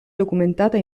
documentata